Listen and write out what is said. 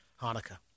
Hanukkah